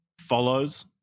follows